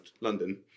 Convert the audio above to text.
London